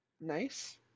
Nice